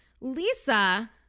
Lisa